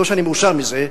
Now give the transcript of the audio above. לא שאני מאושר מזה,